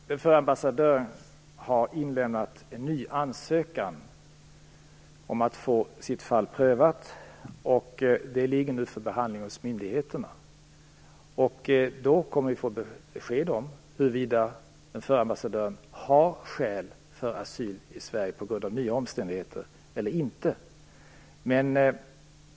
Fru talman! Den förre ambassadören har inlämnat en ny ansökan om att få sitt fall prövat. Den ligger nu för behandling hos myndigheterna. Då kommer vi att få besked om huruvida den förre ambassadören har skäl för asyl i Sverige på grund av nya omständigheter eller inte.